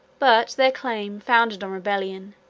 but their claim, founded on rebellion,